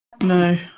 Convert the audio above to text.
No